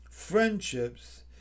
friendships